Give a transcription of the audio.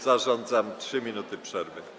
Zarządzam 3 minuty przerwy.